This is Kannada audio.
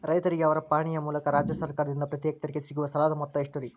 ರೈತರಿಗೆ ಅವರ ಪಾಣಿಯ ಮೂಲಕ ರಾಜ್ಯ ಸರ್ಕಾರದಿಂದ ಪ್ರತಿ ಹೆಕ್ಟರ್ ಗೆ ಸಿಗುವ ಸಾಲದ ಮೊತ್ತ ಎಷ್ಟು ರೇ?